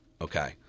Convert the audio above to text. okay